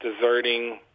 deserting